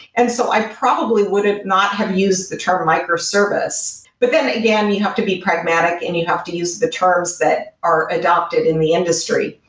and so i probably would not have used the term microservice. but then, again, you have to be pragmatic and you have to use the terms that are adaptive in the industry.